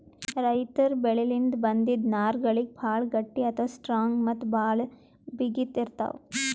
ರೈತರ್ ಬೆಳಿಲಿನ್ದ್ ಬಂದಿಂದ್ ನಾರ್ಗಳಿಗ್ ಭಾಳ್ ಗಟ್ಟಿ ಅಥವಾ ಸ್ಟ್ರಾಂಗ್ ಮತ್ತ್ ಭಾಳ್ ಬಿಗಿತ್ ಇರ್ತವ್